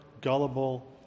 gullible